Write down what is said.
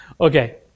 Okay